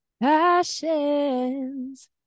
passions